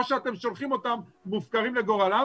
או שאתם שולחים אותם מופקרים לגורלם